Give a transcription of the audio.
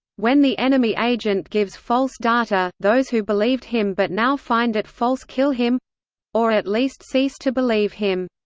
when the enemy agent gives false data, those who believed him but now find it false kill him or at least cease to believe him.